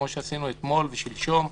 כמו שעשינו אתמול ושלשום,